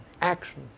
action